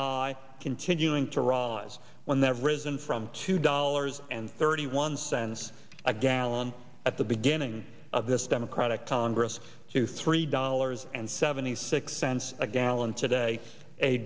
high continuing to rise when that risen from two dollars and thirty one cents a gallon at the beginning of this democratic congress to three dollars and seventy six cents a gallon today a